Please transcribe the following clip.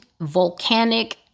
volcanic